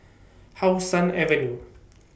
How Sun Avenue